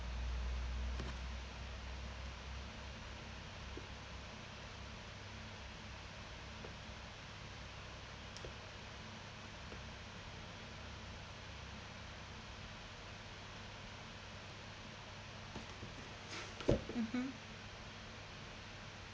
mmhmm